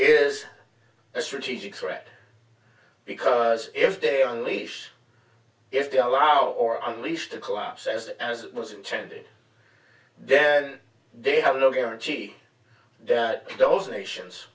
is a strategic threat because if they on leash if they allow or unleash the collapse as as it was intended then they have no guarantee that those nations